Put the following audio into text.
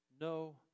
no